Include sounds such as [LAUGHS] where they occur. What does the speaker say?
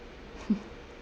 [LAUGHS]